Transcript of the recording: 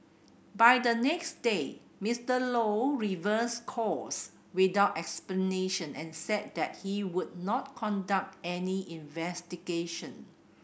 by the next day Mister Low reversed course without explanation and said that he would not conduct any investigation